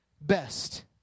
best